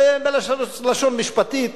בלשון משפטית,